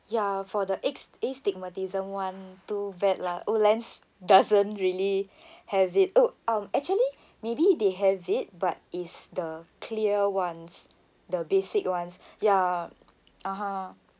ya for the aid~ astigmatism one too bad lah Olens doesn't really have it oh um actually maybe they have it but is the clear ones the basic ones ya (uh huh)